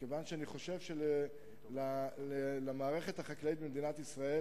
משום שאני חושב שלמערכת החקלאית במדינת ישראל